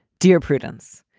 dear prudence,